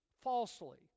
falsely